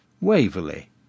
Waverley